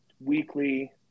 weekly